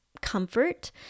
comfort